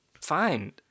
fine